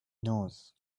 knows